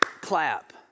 clap